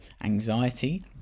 anxiety